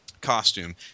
Costume